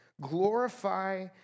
glorify